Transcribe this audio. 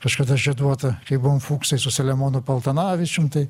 kažkada žieduota kai buvom fuksai su saliamonu paltanavičium tai